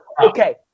okay